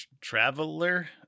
traveler